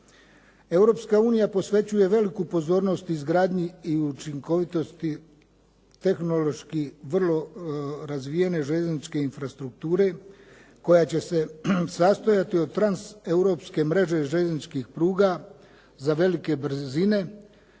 Europska unija posvećuje veliku pozornost izgradnji i učinkovitosti tehnološki vrlo razvijene željezničke infrastrukture koja će se sastoji od transeuropske mreže željezničkih pruga za velike brzine